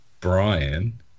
Brian